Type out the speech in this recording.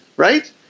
Right